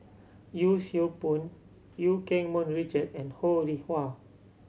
Yee Siew Pun Eu Keng Mun Richard and Ho Rih Hwa